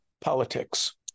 politics